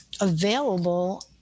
available